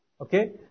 okay